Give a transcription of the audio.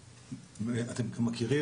אתם כבר מכירים,